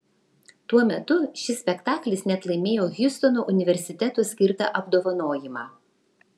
tuo metu šis spektaklis net laimėjo hjustono universiteto skirtą apdovanojimą